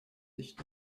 nicht